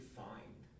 find